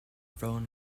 phone